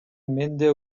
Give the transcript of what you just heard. менде